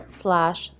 slash